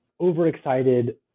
overexcited